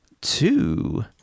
two